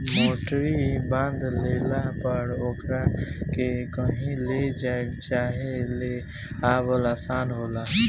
मोटरी बांध लेला पर ओकरा के कही ले गईल चाहे ले आवल आसान होला